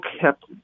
kept